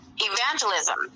evangelism